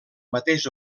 mateix